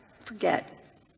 forget